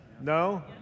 No